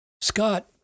Scott